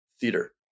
theater